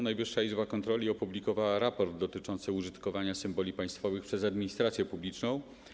Najwyższa Izba Kontroli opublikowała raport dotyczący użytkowania symboli państwowych przez administrację publiczną.